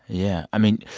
yeah. i mean,